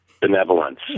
benevolence